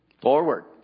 Forward